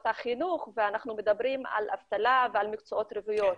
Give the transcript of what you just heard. החינוך ואנחנו מדברים על אבטלה ועל מקצועות רוויים.